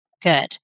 good